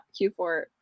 Q4